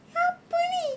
apa ni